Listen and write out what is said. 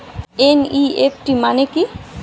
NEFT মনে কি?